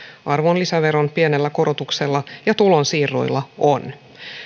arvonlisäveron pienellä korotuksella ja tulonsiirroilla on